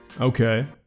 Okay